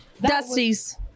dusty's